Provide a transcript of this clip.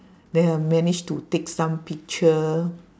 then I managed to take some picture